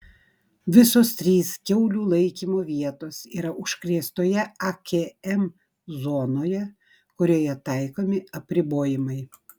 visos trys kiaulių laikymo vietos yra užkrėstoje akm zonoje kurioje taikomi apribojimai